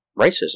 racism